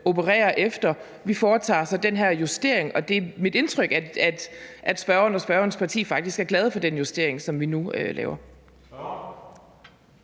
opererer efter, og vi foretager så den her justering, og det er mit indtryk, at spørgeren og spørgerens parti faktisk er glade for den justering, som vi nu laver.